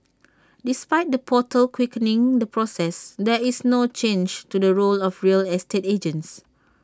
despite the portal quickening the process there is no change to the role of real estate agents